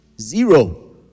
Zero